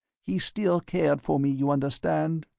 he still cared for me, you understand.